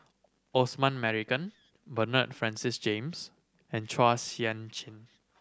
Osman Merican Bernard Francis James and Chua Sian Chin